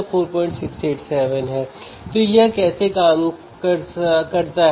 3 terminal हैं